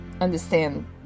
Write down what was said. understand